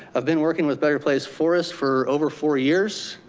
i've been working with better place forests for over four years,